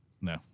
no